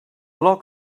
log